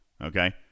okay